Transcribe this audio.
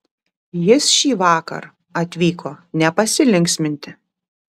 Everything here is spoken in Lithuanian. jis šįvakar atvyko ne pasilinksminti